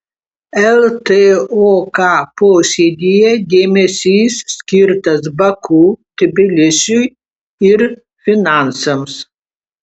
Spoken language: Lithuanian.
ltok posėdyje dėmesys skirtas baku tbilisiui ir finansams